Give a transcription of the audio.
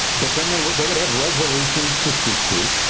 but then they would they would have resolutions to speak to,